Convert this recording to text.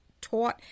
taught